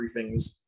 briefings